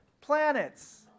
planets